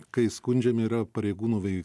kai skundžiami yra pareigūnų vei